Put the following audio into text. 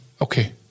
okay